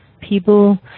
people